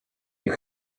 you